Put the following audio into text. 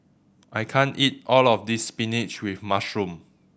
I can't eat all of this spinach with mushroom